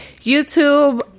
YouTube